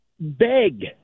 Beg